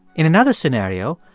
in another scenario,